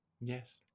Yes